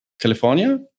California